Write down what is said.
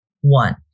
one